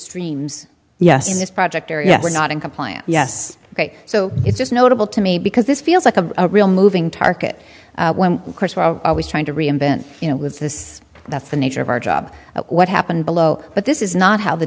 streams yes in this project or you're not in compliance yes so it's just notable to me because this feels like a real moving target when of course we are always trying to reinvent you know was this that's the nature of our job what happened below but this is not how the